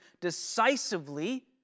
decisively